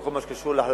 ובכל מה שקשור להחלטות